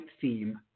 theme